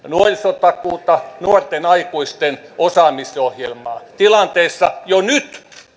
nuorisotakuuta nuorten aikuisten osaamisohjelmaa tilanteessa jossa jo nyt